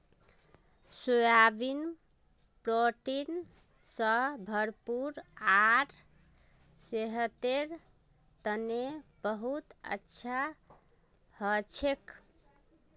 soybean protein स भरपूर आर सेहतेर तने बहुत अच्छा हछेक